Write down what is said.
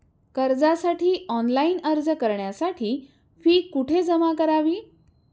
कर्जासाठी ऑनलाइन अर्ज करण्यासाठी फी कुठे जमा करावी?